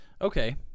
Okay